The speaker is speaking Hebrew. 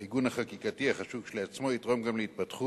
העיגון החקיקתי, החשוב כשלעצמו, יתרום גם להתפתחות